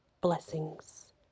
blessings